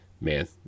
Man